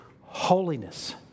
holiness